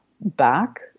back